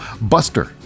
buster